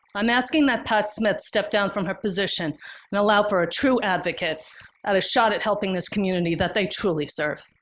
i'm asking that pat smith step down from her position and allow for a true advocate at a shot at helping this community that they truly serve.